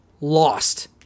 lost